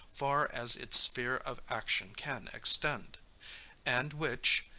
far as its sphere of action can extend and which,